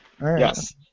Yes